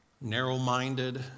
narrow-minded